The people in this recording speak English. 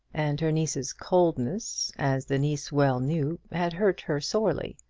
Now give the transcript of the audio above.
and her niece's coldness, as the niece well knew, had hurt her sorely.